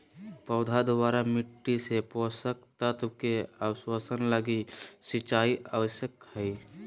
पौधा द्वारा मिट्टी से पोषक तत्व के अवशोषण लगी सिंचाई आवश्यक हइ